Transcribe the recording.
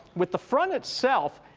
with the front itself,